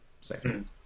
safety